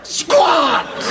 squat